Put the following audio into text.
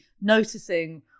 noticing